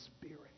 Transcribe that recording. spirit